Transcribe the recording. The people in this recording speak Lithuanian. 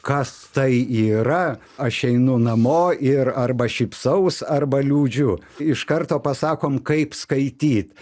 kas tai yra aš einu namo ir arba šypsaus arba liūdžiu iš karto pasakom kaip skaityt